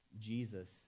Jesus